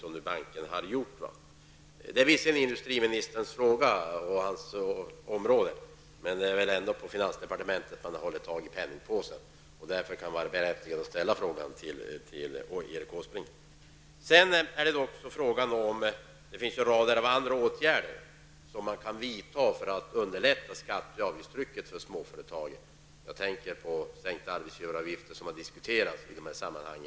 Detta hör visserligen till industriministerns ansvarsområde, men eftersom det väl är i finansdepartementet som man håller taget om penningpåsen, är det berättigat att ställa den frågan till statsrådet Åsbrink. Sedan kan man naturligtvis vidta en rad andra åtgärder för att lätta avgifts och skattetrycket på småföretagen. En sänkning av arbetsgivaravgiften är en fråga som har diskuterats i dessa sammanhang.